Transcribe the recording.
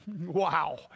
Wow